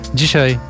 dzisiaj